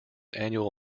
annual